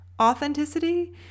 authenticity